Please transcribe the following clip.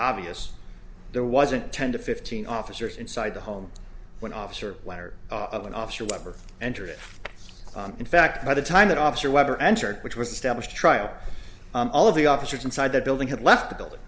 obvious there wasn't ten to fifteen officers inside the home when officer letter of an officer webber entered it in fact by the time that officer webber entered which was established trial all of the officers inside that building had left the building